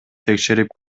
текшерип